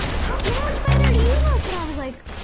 how yeah much better do you look? and i was like,